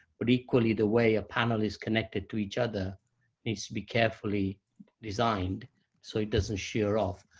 but equally, the way a panel is connected to each other needs to be carefully designed so it doesn't shear off.